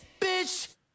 bitch